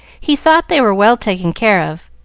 he thought they were well taken care of,